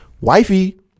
Wifey